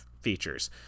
features